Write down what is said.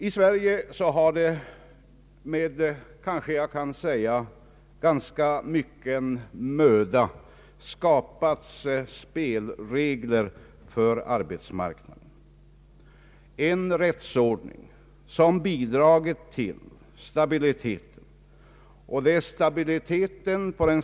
I Sverige har med, kanske jag kan säga, ganska mycken möda skapats spelregler för arbetsmarknaden, en rättsordning som bidragit till stabiliteten på den svenska arbetsmarknaden.